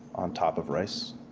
on top of rice